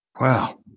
Wow